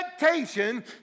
expectation